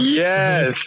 yes